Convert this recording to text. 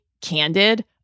candid